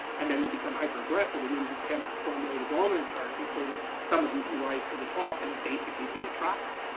and then they become hyper aggressive and and attempt to formulate a dominance hierarchy so that some of them can rise to the top and basically be attractive.